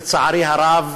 לצערי הרב,